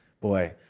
Boy